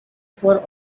for